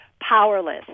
powerless